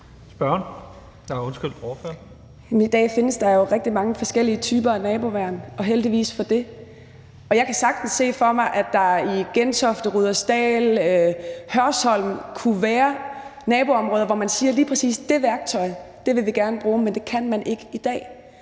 16:33 Mai Mercado (KF): I dag findes der jo rigtig mange forskellige typer af naboværn, og heldigvis for det. Jeg kan sagtens se for mig, at der i Gentofte, Rudersdal, Hørsholm kunne være naboområder, hvor man siger, at lige præcis det værktøj vil man gerne bruge. Men det kan man ikke i dag,